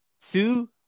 Two